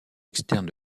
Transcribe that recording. externe